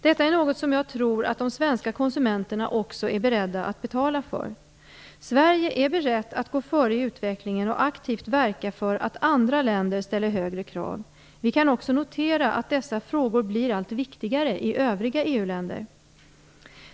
Detta är något som jag tror att de svenska konsumenterna också är beredda att betala för. Sverige är berett att gå före i utvecklingen och aktivt verka för att andra länder skall ställa högre krav. Vi kan också notera att dessa frågor blir allt viktigare i övriga EU-länder.